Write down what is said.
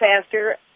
faster